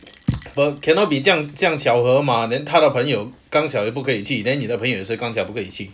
but cannot be 这样这样巧合 mah then 他的朋友刚巧也不可以去 then 你的朋友也是刚巧不可以去